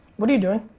what are you doing?